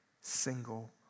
single